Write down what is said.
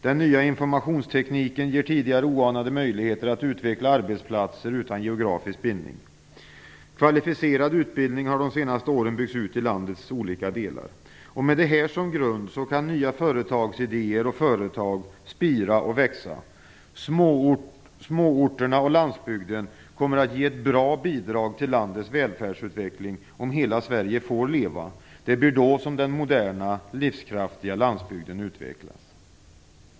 Den nya informationstekniken ger tidigare oanade möjligheter att utveckla arbetsplatser utan geografisk bindning. Kvalificerad utbildning har de senaste åren byggts ut i landets olika delar. Med detta som grund kan nya företagsidéer och företag spira och växa. Småorterna och landsbygden kommer att ge ett bra bidrag till landets välfärdsutveckling, om hela Sverige får leva. Det är då som den moderna, livskraftiga landsbygden utvecklas.